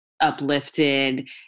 uplifted